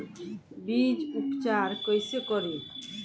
बीज उपचार कईसे करी?